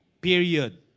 Period